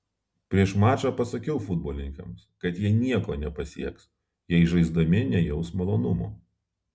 prieš mačą pasakiau futbolininkams kad jie nieko nepasieks jei žaisdami nejaus malonumo